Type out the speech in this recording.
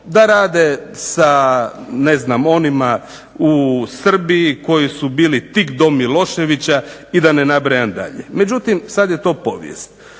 da rade sa ne znam onima u Srbiji koji su bili tik do Miloševića i da ne nabrajam dalje. Međutim, sad je to povijest.